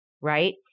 right